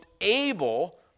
able